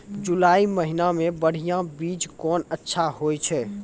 जुलाई महीने मे बढ़िया बीज कौन अच्छा होय छै?